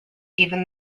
even